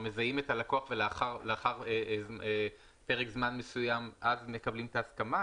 קודם מזהים את הלקוח ולאחר פרק זמן מסוים מקבלים את ההסכמה?